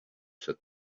said